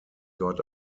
dort